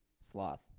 sloth